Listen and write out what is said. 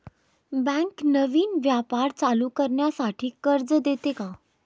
Bank नवीन व्यापार चालू करण्यासाठी कर्ज देते का?